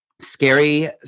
scary